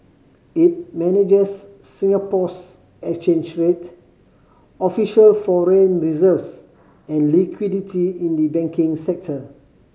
it manages Singapore's exchange rate official foreign reserves and liquidity in the banking sector